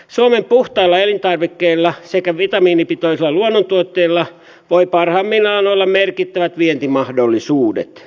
suomen puhtailla elintarvikkeilla sekä vitamiinipitoisilla luonnontuotteilla voi parhaimmillaan olla merkittävät vientimahdollisuudet